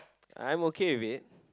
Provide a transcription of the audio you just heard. I'm okay with it